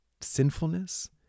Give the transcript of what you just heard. sinfulness